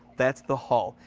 that's the halt.